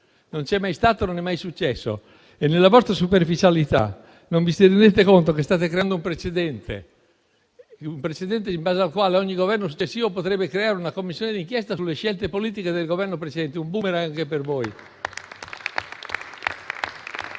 Governo precedente. Non è mai successo e nella vostra superficialità non vi rendete conto che state creando un precedente, in base al quale ogni Governo successivo potrebbe creare una Commissione d'inchiesta sulle scelte politiche del Governo precedente: un *boomerang* per voi.